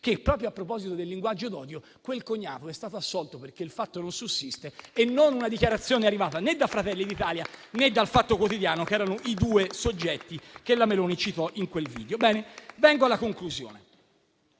che, proprio a proposito del linguaggio d'odio, quel cognato è stato assolto perché il fatto non sussiste; eppure non una dichiarazione è arrivata da Fratelli d'Italia o dal «Fatto Quotidiano», che erano i due soggetti che la Meloni citò in quel video.